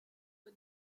for